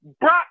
Brock